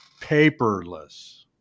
paperless